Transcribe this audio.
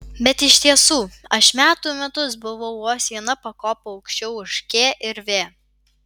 bet iš tiesų aš metų metus buvau vos viena pakopa aukščiau už k ir v